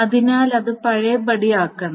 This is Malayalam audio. അതിനാൽ അത് പഴയപടിയാക്കണം